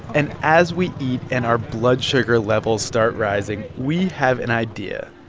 and as we eat and our blood sugar levels start rising, we have an idea.